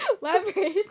leverage